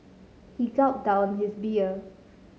he gulped down his beer